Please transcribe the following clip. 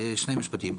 שני משפטים.